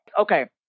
Okay